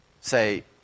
say